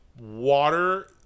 water